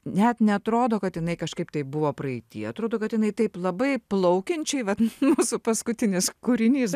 net neatrodo kad jinai kažkaip tai buvo praeity atrodo kad jinai taip labai plaukiančiai vat mūsų paskutinis kūrinys